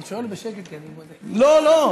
אני שואל בשקט, כי אני, לא, לא.